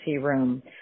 room